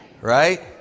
Right